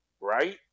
Right